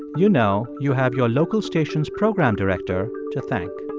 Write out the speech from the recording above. you know you have your local station's program director to thank